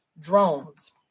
drones